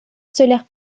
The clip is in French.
solaire